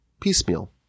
piecemeal